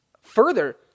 further